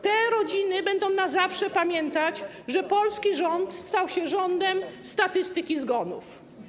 Te rodziny będą na zawsze pamiętać, że polski rząd stał się rządem statystyki zgonów.